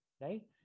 right